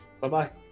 Bye-bye